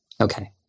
Okay